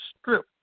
strip